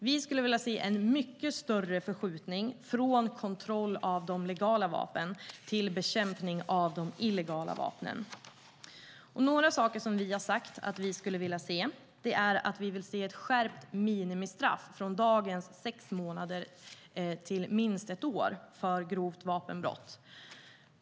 Vi vill se en mycket större förskjutning från kontroll av de legala vapnen till bekämpning av de illegala vapnen. Vi vill se ett skärpt minimistraff från dagens sex månader till minst ett år för grovt vapenbrott.